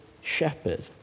shepherd